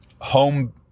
home